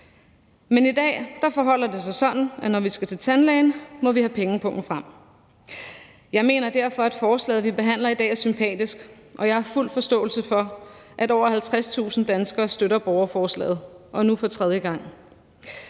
Men i dag forholder det sig sådan, at når vi skal til tandlægen, må vi have pengepungen frem. Jeg mener derfor, at forslaget, vi behandler i dag, er sympatisk, og jeg har fuld forståelse for, at over 50.000 danskere støtter borgerforslaget – og nu for tredje gang.